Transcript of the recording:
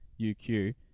UQ